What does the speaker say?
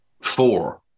four